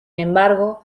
embargo